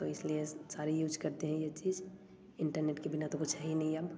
तो इसलिए सारी यूज करते हैं यह चीज़ इंटरनेट के बिना तो कुछ है ही नहीं अब